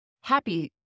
happy